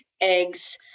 eggs